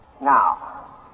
Now